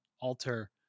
alter